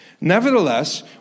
Nevertheless